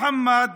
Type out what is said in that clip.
מוחמד